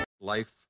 Life